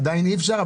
עדיין אי אפשר,